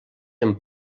amb